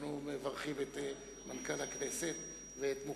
אנחנו מברכים את מנכ"ל הכנסת ואת